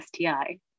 STI